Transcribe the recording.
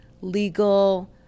legal